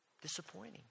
Disappointing